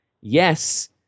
Yes